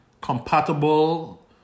compatible